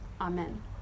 Amen